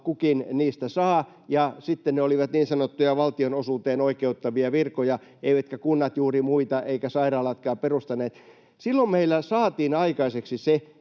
kukin niistä saa, ja sitten ne olivat niin sanottuja valtionosuuteen oikeuttavia virkoja, eivätkä kunnat eivätkä sairaalatkaan juuri muita perustaneet, niin silloin meillä saatiin aikaiseksi se,